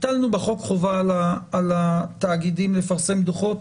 הטלנו בחוק חובה על התאגידים לפרסם דוחות,